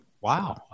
wow